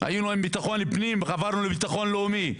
היינו בביטחון פנים ועברנו לביטחון לאומי,